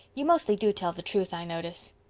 you mostly do tell the truth, i notice.